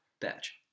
Batch